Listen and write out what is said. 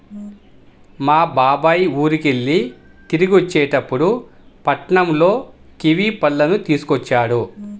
మా బాబాయ్ ఊరికెళ్ళి తిరిగొచ్చేటప్పుడు పట్నంలో కివీ పళ్ళను తీసుకొచ్చాడు